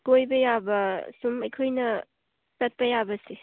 ꯀꯣꯏꯕ ꯌꯥꯕ ꯁꯨꯝ ꯑꯩꯈꯣꯏꯅ ꯆꯠꯄ ꯌꯥꯕꯁꯦ